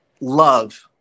love